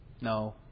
No